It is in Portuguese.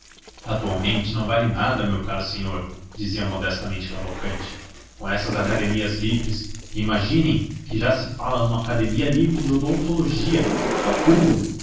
atualmente não vale nada meu caro senhor dizia modestamente cavalcanti com essas academias livres imaginem que já se fala numa academia livre de odontologia é o cúmulo